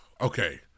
Okay